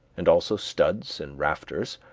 and also studs and rafters,